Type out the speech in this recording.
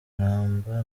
mwamba